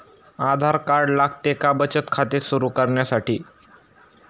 आधार card लागते का बचत खाते सुरू करण्यासाठी?